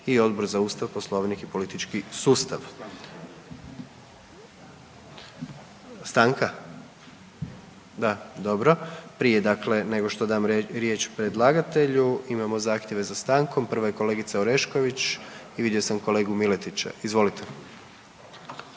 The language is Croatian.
i Odbor za Ustav, Poslovnik i politički sustav. Stanka? Da, dobro. Prije dakle nego što dam riječ predlagatelju imamo zahtjeve za stankom, prva je kolegica Orešković i vidio sam kolegu Miletića. Izvolite.